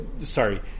sorry